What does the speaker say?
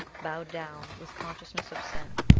bowed down with consciousness of sin.